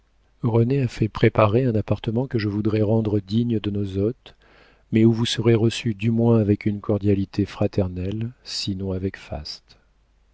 a fait préparer un appartement que je voudrais rendre digne de nos hôtes mais où vous serez reçus du moins avec une cordialité fraternelle sinon avec faste